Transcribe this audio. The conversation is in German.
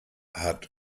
hat